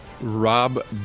Rob